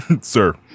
Sir